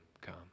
come